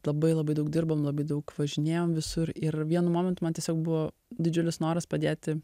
labai labai daug dirbom labai daug važinėjom visur ir vienu momentu man tiesiog buvo didžiulis noras padėti